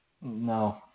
No